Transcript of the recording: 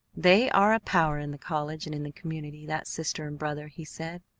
they are a power in the college and in the community, that sister and brother, he said.